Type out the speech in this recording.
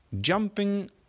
jumping